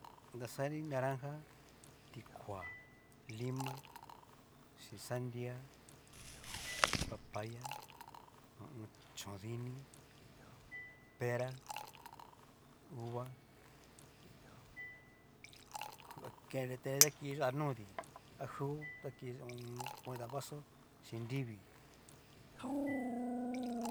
Inda xanri naranja ti koa, lima xin sandia, papaya ho o on. chóndini, pero, uva, ku kenre tirete ta ki yá'a noti ha jugo ta koñota vaso chín nrivii.